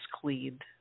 cleaned